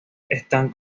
están